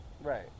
right